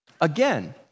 Again